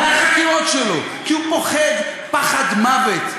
מהחקירות שלו, כי הוא פוחד פחד מוות ממה שיתפרסם.